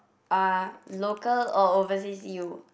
uh local or overseas U